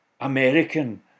American